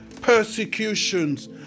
persecutions